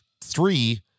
three